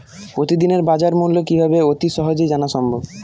প্রতিদিনের বাজারমূল্য কিভাবে অতি সহজেই জানা সম্ভব?